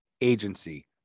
Agency